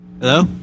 Hello